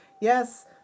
Yes